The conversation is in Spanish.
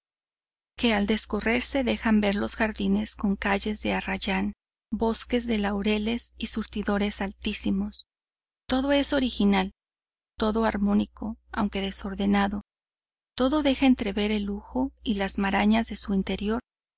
que al descorrerse dejan ver los jardines con calles de arrayán bosques de laureles y surtidores altísimos todo es original todo armónico aunque desordenado todo deja entrever el lujo y las marañas de su interior